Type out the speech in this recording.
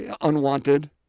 unwanted